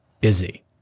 busy